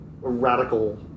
radical